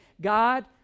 God